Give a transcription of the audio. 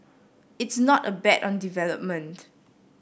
it's not a bet on development